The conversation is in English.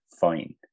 fine